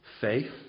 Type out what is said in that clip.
faith